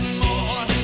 more